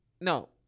no